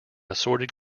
assorted